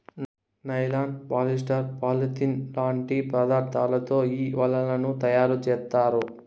nylon, polyester, polythene లాంటి పదార్థాలతో ఈ వలలను తయారుచేత్తారు